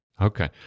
Okay